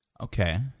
Okay